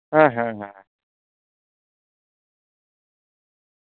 ᱦᱮᱸ ᱦᱮᱸ ᱦᱮᱸ